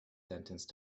sentenced